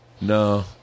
no